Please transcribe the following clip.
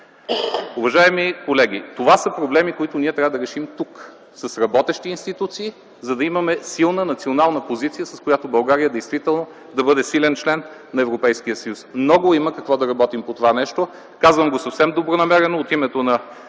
Уважаеми колеги, това са проблеми, които ние трябва да решим тук с работещи институции, за да имаме силна национална позиция, с която България действително да бъде силен член на Европейския съюз. Много има какво да работим по това нещо. Казвам го съвсем добронамерено от името на